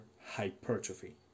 hypertrophy